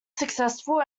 successful